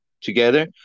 together